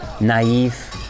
naive